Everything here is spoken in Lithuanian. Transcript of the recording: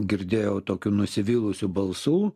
girdėjau tokių nusivylusių balsų